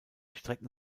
strecken